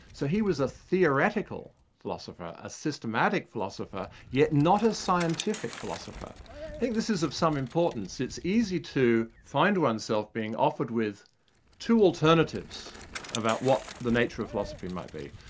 so he was a theoretical philosopher, a systematic philosopher, yet not a scientific philosopher. i think this is of some importance. it's easy to find oneself being offered with two alternatives about what the nature of philosophy might be.